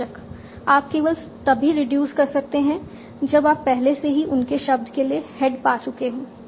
बेशक आप केवल तभी रिड्यूस कर सकते हैं जब आप पहले से ही उनके शब्द के लिए हेड पा चुके हों